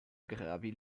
gravi